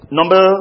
number